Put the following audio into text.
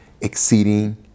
exceeding